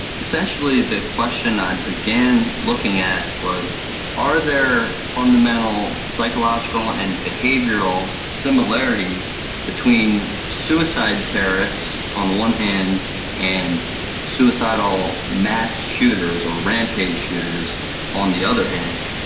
essentially the question i began looking at was are there fundamental psychological and behavioural similarities between suicide terrorists on the one hand and suicidal mass shooters or rampage shooters on the other hand?